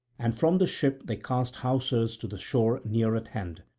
and from the ship they cast hawsers to the shore near at hand.